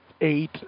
eight